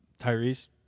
Tyrese